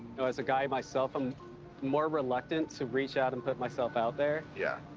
you know as a guy myself, i'm more reluctant to reach out and put myself out there. yeah.